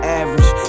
average